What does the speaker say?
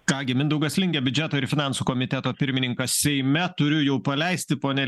ką gi mindaugas lingė biudžeto ir finansų komiteto pirmininkas seime turiu jau paleisti pone